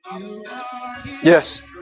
Yes